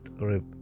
rib